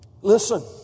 Listen